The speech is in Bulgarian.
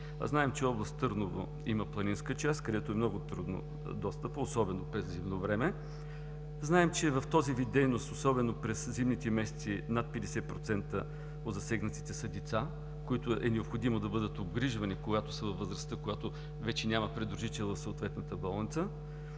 знаем, че област Търново има планинска част, където е много труден достъпът, особено зимно време. Знаем, че в този вид дейност, особено през зимните месеци, над 50% от засегнатите са деца, които е необходимо да бъдат обгрижвани, когато са във възрастта, когато вече няма придружител в съответната болница.